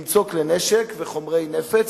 למצוא כלי נשק וחומרי נפץ.